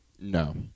No